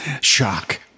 Shock